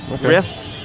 Riff